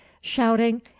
shouting